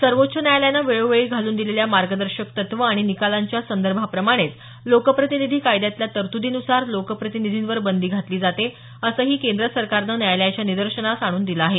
सर्वोच्च न्यायालयानं वेळोवेळी घालून दिलेल्या मार्गदर्शक तत्व आणि निकालांच्या संदर्भाप्रमाणेच लोकप्रतिनिधी कायद्यातल्या तरतुदीनुसार लोकप्रितिनिधींवर बंदी घातली जाते असंही केंद्र सरकारनं न्यायालयाच्या निदर्शनास आणून दिलं आहे